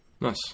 Nice